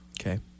Okay